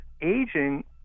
aging